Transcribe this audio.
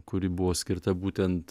kuri buvo skirta būtent